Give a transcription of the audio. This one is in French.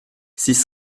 six